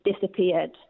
disappeared